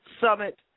Summit